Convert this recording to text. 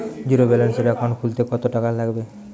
জিরোব্যেলেন্সের একাউন্ট খুলতে কত টাকা লাগবে?